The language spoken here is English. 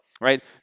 right